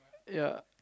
ya